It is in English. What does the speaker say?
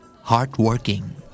Hardworking